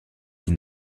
die